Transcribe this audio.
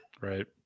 Right